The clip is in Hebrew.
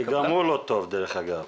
שגם הוא לא טוב, דרך אגב.